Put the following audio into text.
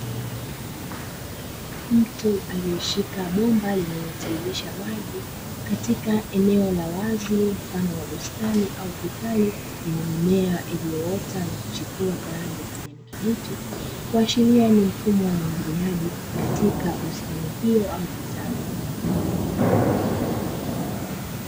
Mtu aliyeshika bomba linalotirisisha maji katika eneo la wazi mfano wa bustani au kitalu, lenye mimea iliyoota na kuchipua kwa rangi ya kijani kibichi, kuashiria ni mfumo wa umwagiliaji katika bustani hiyo au kitalu.